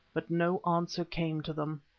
but no answer came to them.